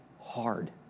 hard